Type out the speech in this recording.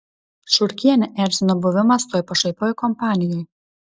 šurkienę erzino buvimas toj pašaipioj kompanijoj